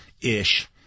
ish